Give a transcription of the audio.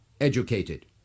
educated